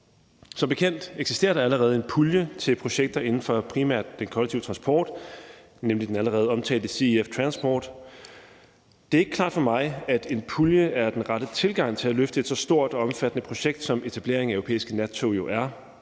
Som bekendt eksisterer der allerede en pulje til projekter inden for primært den kollektive transport, nemlig den allerede omtalte CEF Transport. Det er ikke klart for mig, at en pulje er den rette tilgang til at løfte et så stort og omfattende projekt, som etableringen af europæiske nattog jo er.